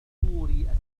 الفطور